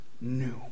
new